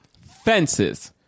Fences